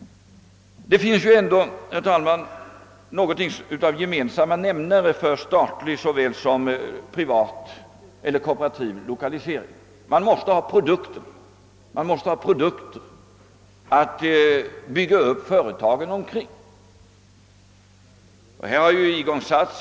Det finns ju ändå, herr talman, något av en gemensam nämnare för både statlig, privat och kooperativ lokalisering: man måste ha produkter att bygga upp företagen kring.